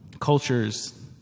cultures